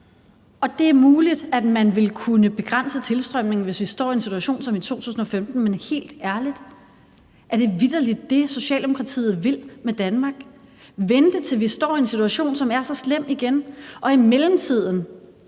det er muligt, at man vil kunne begrænse tilstrømningen, hvis vi står i en situation som den i 2015, men helt ærligt: Er det vitterlig det, Socialdemokratiet vil med Danmark, altså at vente, til vi igen står i en situation, som er så slem, og i mellemtiden